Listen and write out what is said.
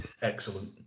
Excellent